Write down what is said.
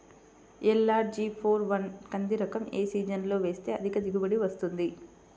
LRG four one కంది రకం ఏ సీజన్లో వేస్తె అధిక దిగుబడి వస్తుంది?